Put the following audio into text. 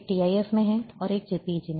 एक TIF में है और एक JPEG में है